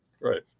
right